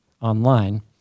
online